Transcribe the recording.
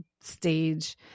stage